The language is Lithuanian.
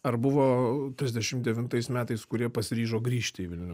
ar buvo trisdešimt devintais metais kurie pasiryžo grįžti į vilnių